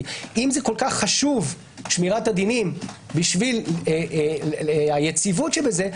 אם זה כל כך חשוב שמירת הדינים בשביל היציבות שבזה,